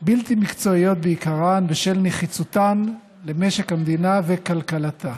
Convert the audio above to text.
בלתי מקצועיות בעיקרן בשל נחיצותן למשק המדינה וכלכלתה.